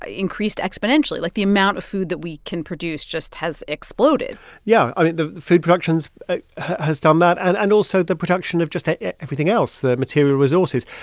ah increased exponentially. like the amount of food that we can produce just has exploded yeah. i mean, the food production has done that and and also the production of just everything else the material resources.